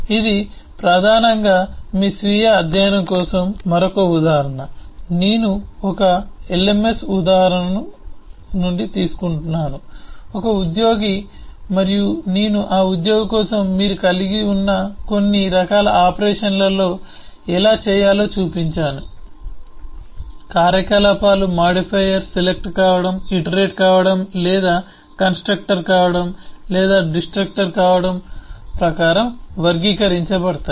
కాబట్టి ఇది ప్రధానంగా మీ స్వీయ అధ్యయనం కోసం మరొక ఉదాహరణ నేను ఒక వస్తువును lms ఉదాహరణ నుండి తీసుకున్నాను ఒక ఉద్యోగి మరియు నేను ఆ ఉద్యోగి కోసం మీరు కలిగి ఉన్న కొన్ని రకాల ఆపరేషన్లలో ఎలా చేయాలో చూపించాను కార్యకలాపాలు మాడిఫైయర్ సెలెక్టర్ కావడం ఇటెరేటర్ కావడం లేదా కన్స్ట్రక్టర్ కావడం లేదా డిస్ట్రక్టర్ కావడం ప్రకారం వర్గీకరించబడతాయి